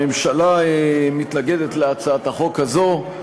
הממשלה מתנגדת להצעת החוק הזאת,